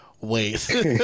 wait